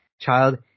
child